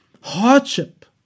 hardship